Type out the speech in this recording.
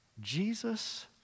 Jesus